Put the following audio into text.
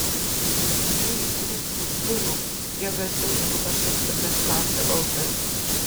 ei jūs už durų kiek garsiau negu pašnibždomis klausia balsas